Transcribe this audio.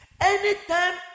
Anytime